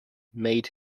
made